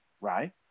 right